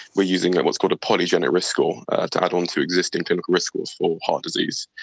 we're using what's called a polygenic risk score to add on to existing clinical risk scores for heart disease.